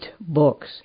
books